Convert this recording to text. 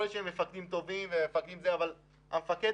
יכול להיות שהם מפקדים טובים, יכול להיות שהמפקד